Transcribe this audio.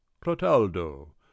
Clotaldo